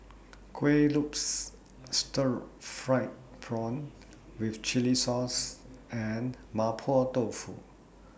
Kueh Lopes Stir Fried Prawn with Chili Sauce and Mapo Tofu